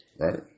Right